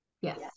Yes